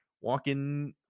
walking